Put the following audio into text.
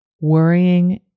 Worrying